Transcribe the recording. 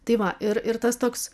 tai va ir ir tas toks